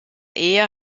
ehe